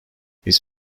his